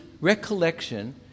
recollection